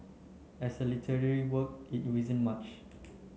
as a literary work it isn't much